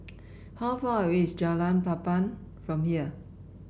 how far away is Jalan Papan from here